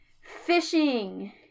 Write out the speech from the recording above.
fishing